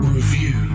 Review